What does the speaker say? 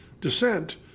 descent